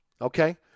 okay